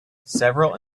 several